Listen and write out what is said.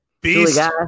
Beast